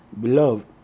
Beloved